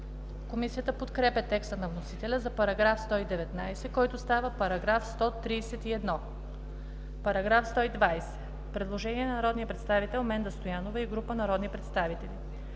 Комисията подкрепя текста на вносителя за § 119, който става § 131. Параграф 120. Предложение на народния представител Менда Стоянова и група народни представители.